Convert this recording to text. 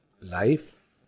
life